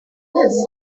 yes